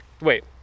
wait